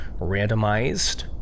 randomized